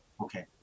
Okay